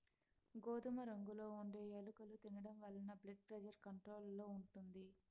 గోధుమ రంగులో ఉండే యాలుకలు తినడం వలన బ్లెడ్ ప్రెజర్ కంట్రోల్ లో ఉంటుంది